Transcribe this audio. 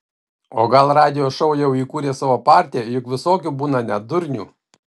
o gal radijo šou jau įkūrė savo partiją juk visokių būna net durnių